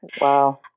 wow